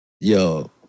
Yo